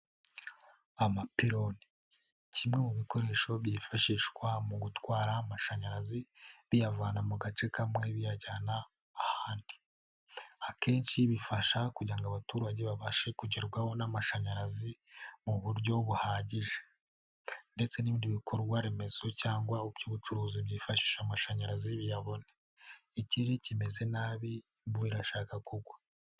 Amapironi ni kimwe mu bikoresho byifashishwa mu gutwara amashanyarazi biyavana mu gace kamwe biyajyana ahandi. Akenshi bifasha kugira ngo abaturage babashe kugerwaho n'amashanyarazi mu buryo buhagije ndetse n'ibindi bikorwa remezo cyangwa ubucuruzi byifashisha amashanyarazi biyabona. Ikirere kimeze nabi imvura irashaka kugwa.